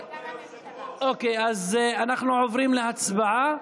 אז אנחנו עוברים להצבעה.